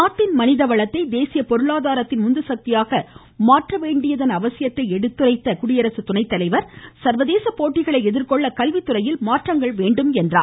நாட்டின் மனித வளத்தை தேசிய பொருளாதாரத்தின் உந்துசக்தியாக மாற்றவேண்டியதன் அவசியத்தை எடுத்துரைத்த அவர் சர்வதேச போட்டிகளை எதிர்கொள்ள கல்வித்துறையில் மாற்றங்கள் வேண்டும் என்றார்